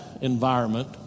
environment